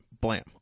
blam